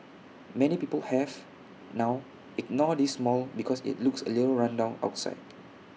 many people have now ignored this mall because IT looks A little run down outside